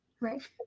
Right